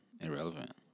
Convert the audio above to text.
irrelevant